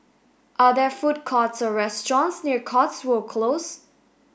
are there food courts or restaurants near Cotswold Close